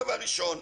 דבר שני,